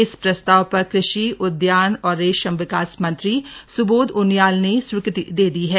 इस प्रस्ताव पर कृषि उद्यान और रेशम विकास मंत्री सुबोध उनियाल ने स्वीकृति दे दी है